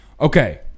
Okay